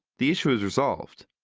the issue is resolved.